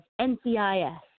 NCIS